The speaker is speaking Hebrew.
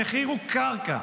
המחיר הוא קרקע.